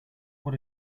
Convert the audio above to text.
what